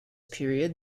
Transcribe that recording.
period